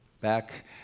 back